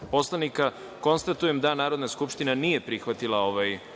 poslanika. Konstatujem da Narodna skupština nije prihvatila ovaj